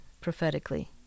prophetically